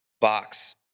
box